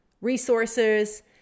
resources